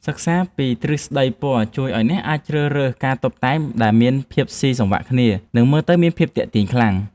សិក្សាពីទ្រឹស្ដីពណ៌ជួយឱ្យអ្នកអាចជ្រើសរើសការតុបតែងដែលមានភាពស៊ីសង្វាក់គ្នា និង មើលទៅមានភាពទាក់ទាញខ្លាំង។